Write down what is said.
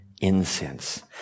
incense